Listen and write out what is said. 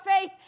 faith